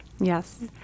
Yes